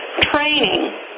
training